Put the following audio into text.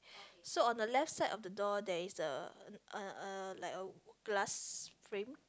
so on the left side of the door there is a a a like a glass frame